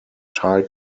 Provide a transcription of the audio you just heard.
tie